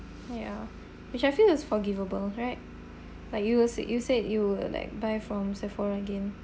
ya which I feel is forgivable right like you will said you said you will like buy from Sephora again